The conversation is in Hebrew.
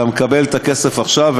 אתה מקבל את הכסף עכשיו,